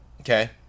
Okay